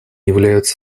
являются